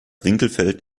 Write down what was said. winkelfeld